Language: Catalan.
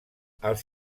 els